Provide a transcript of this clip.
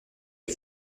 est